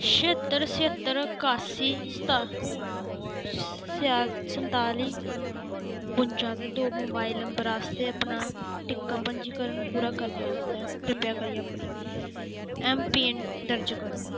छेह्त्तर छेह्त्तर कास्सी सता संताली बुंजा दे दो मोबाइल नंबर आस्तै अपना टिक्का पंजीकरण पूरा करने आस्तै कृपा करियै अपनी ऐम्मपिन दर्ज करो